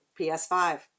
PS5